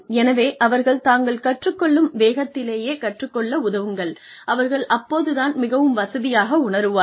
எனவே அவர்கள் தாங்கள் கற்றுக் கொள்ளும் வேகத்திலேயே கற்றுக்கொள்ள உதவுங்கள் அவர்கள் அப்போது தான் மிகவும் வசதியாக உணருவார்கள்